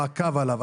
המעקב עליו,